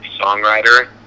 songwriter